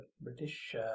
British